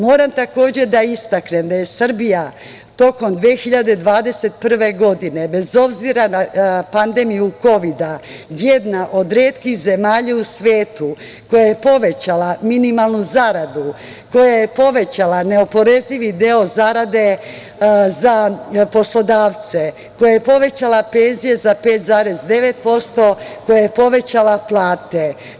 Moram takođe da istaknem da je Srbija tokom 2021. godine, bez obzira na pandemiju Kovida jedna od retkih zemalja u svetu koja je povećala minimalnu zaradu, koja je povećala neoporezivi deo zarade za poslodavce, koja je povećala penzije za 5,9%, koja je povećala plate.